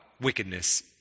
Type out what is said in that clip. wickedness